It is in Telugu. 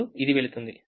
ఇప్పుడు ఇది వెళుతుంది